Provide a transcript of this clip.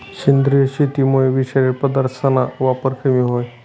सेंद्रिय शेतीमुये विषारी पदार्थसना वापर कमी व्हयी